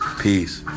Peace